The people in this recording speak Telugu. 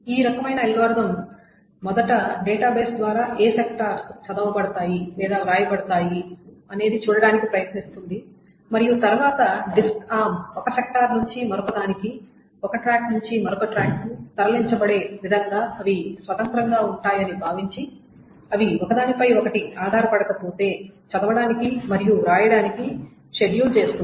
ఈ రకమైన అల్గోరిథం మొదట డేటాబేస్ ద్వారా ఏ సెక్టార్స్ చదవబడతాయి లేదా వ్రాయబడతాయి అనేది చూడటానికి ప్రయత్నిస్తుంది మరియు తరువాత డిస్క్ ఆర్మ్ ఒక సెక్టార్ నుండి మరొక దానికి ఒక ట్రాక్ నుండి మరొక ట్రాక్కు తరలించబడే విధంగా అవి స్వతంత్రంగా ఉంటాయని భావించి అవి ఒకదానిపై ఒకటి ఆధారపడకపోతే చదవడానికి మరియు వ్రాయడానికి షెడ్యూల్ చేస్తుంది